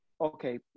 okay